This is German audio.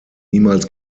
niemals